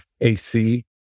AC